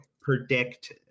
predict